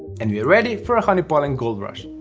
and we're ready for a honey pollen gold rush.